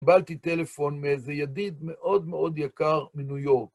קיבלתי טלפון מאיזה ידיד מאוד מאוד יקר מניו יורק.